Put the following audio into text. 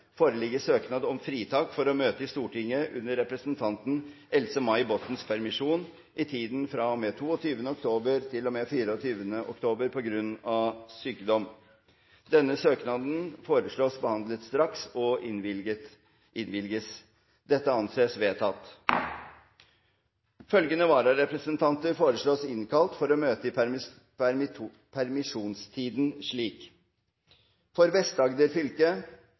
foreligger søknad om fritak for å møte i Stortinget under representanten Else-May Bottens permisjon i tiden fra og med 22. oktober til og med 24. oktober, på grunn av sykdom. Etter forslag fra presidenten ble enstemmig besluttet: Søknaden behandles straks og innvilges. Følgende vararepresentanter innkalles for å møte i permisjonstiden slik: For Vest-Agder fylke: